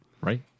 right